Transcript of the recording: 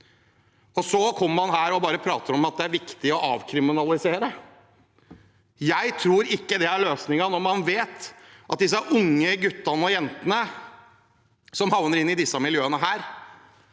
Så kommer man her og bare prater om at det er viktig å avkriminalisere. Jeg tror ikke det er løsningen, når man vet at disse unge guttene og jentene som havner i disse miljøene,